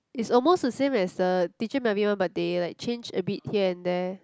is almost the same as the teacher Melvin one but they like change a bit here and there